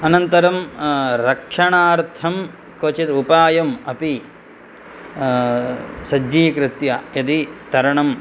अनन्तरं रक्षणार्थं क्वचिदुपायम् अपि सज्जीकृत्य यदि तरणं